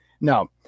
No